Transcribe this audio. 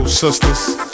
sisters